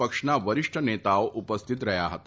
પક્ષના વરિષ્ઠ નેતાઓ ઉપસ્થિત રહ્યા હતા